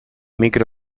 micro